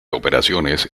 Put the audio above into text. operaciones